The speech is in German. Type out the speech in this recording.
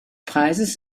preises